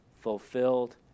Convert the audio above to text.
fulfilled